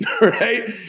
right